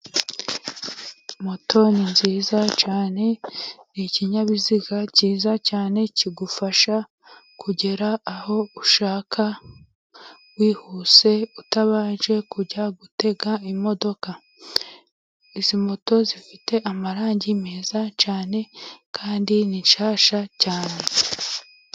Moto ni nziza cyane ni ikinyabiziga cyiza cyane, kigufasha kugera aho ushaka wihuse utabanje kujya gutega imodoka, izi moto zifite amarangi meza cyane kandi ni nshyasha cyane.